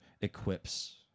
equips